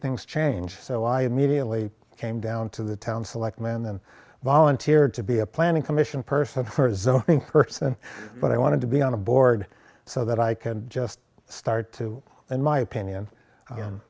things change so i immediately came down to the town selectmen and volunteered to be a planning commission person heard zoning person but i wanted to be on a board so that i can just start to in my opinion